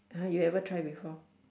!huh! you ever try before